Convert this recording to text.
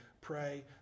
pray